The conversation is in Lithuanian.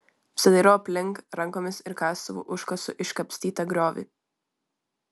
apsidairau aplink rankomis ir kastuvu užkasu iškapstytą griovį